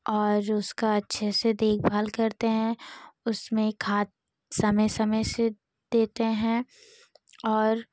और उसकी अच्छी से देखभाल करते हैं उसमें खाद समय समय से देते हैं और